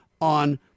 on